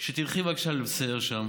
שתלכי בבקשה לסייר שם,